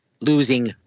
losing